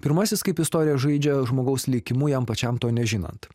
pirmasis kaip istorija žaidžia žmogaus likimu jam pačiam to nežinant